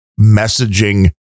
messaging